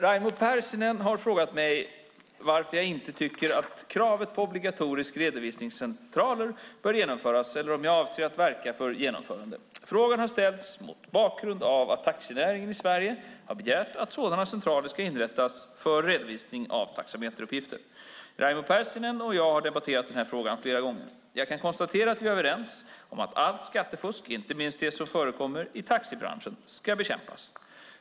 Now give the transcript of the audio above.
Raimo Pärssinen har frågat mig varför jag inte tycker att kravet på obligatoriska redovisningscentraler bör genomföras eller om jag avser att verka för ett genomförande. Frågan har ställts mot bakgrund av att taxinäringen i Sverige har begärt att sådana centraler ska inrättas för redovisning av taxameteruppgifter. Raimo Pärssinen och jag har debatterat den här frågan flera gånger. Jag kan konstatera att vi är överens om att allt skattefusk, inte minst det som förekommer inom taxibranschen, ska bekämpas.